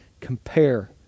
compare